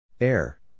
Air